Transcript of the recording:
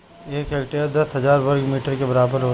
एक हेक्टेयर दस हजार वर्ग मीटर के बराबर होला